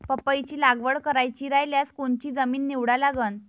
पपईची लागवड करायची रायल्यास कोनची जमीन निवडा लागन?